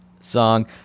song